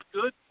Good